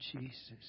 Jesus